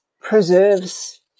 preserves